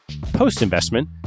Post-investment